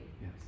Yes